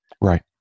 right